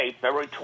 February